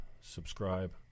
subscribe